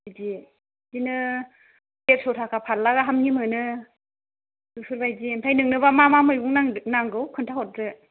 बिदि बिदिनो देरस' थाखा फारला गाहामनि मोनो बेफोरबादि ओमफ्राय नोंनोबा मा मा मैगं नां नांगौ खोन्थाहरदो